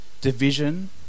division